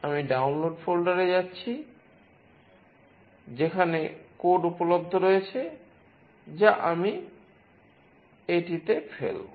আমি ডাউনলোড ফোল্ডারে এ যাচ্ছি যেখানে কোড উপলব্ধ রয়েছে যা আমি এটি এতে ফেলব